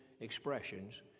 expressions